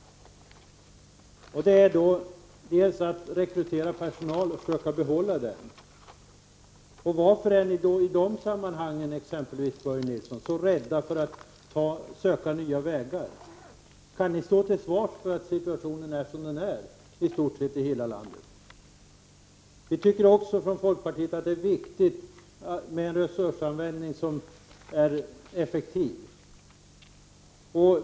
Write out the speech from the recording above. Bl.a. skall man rekrytera personal och försöka behålla den. Varför är socialdemokraterna t.ex. i dessa sammanhang så rädda för att söka nya vägar, Börje Nilsson? Kan ni stå till svars för att situationen är som den är i i stort sett hela landet? Vi från folkpartiet anser även att det är viktigt med en effektiv resursanvändning.